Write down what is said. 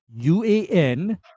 uan